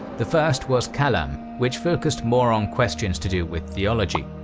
the first was kalam which focused more on questions to do with theology.